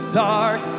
dark